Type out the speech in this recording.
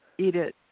eat it,